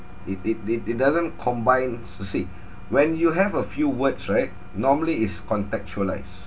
it it it it doesn't combines you see when you have a few words right normally is contextualised